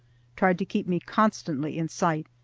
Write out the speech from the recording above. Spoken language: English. tried to keep me constantly in sight,